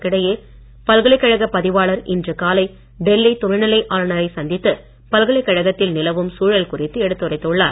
இதற்கிடையே பல்கலைக்கழக பதிவாளர் இன்று காலை டெல்லி துணைநிலை ஆளுநரை சந்தித்து பல்கலைக் கழகத்தில் நிலவும் குறித்து சூழல் எடுத்துரைத்துள்ளார்